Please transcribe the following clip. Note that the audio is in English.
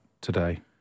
today